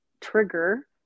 trigger